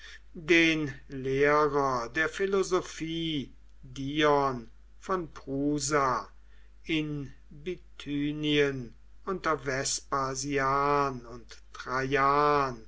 den lehrer der philosophie dion von prusa in bithynien unter vespasian und traian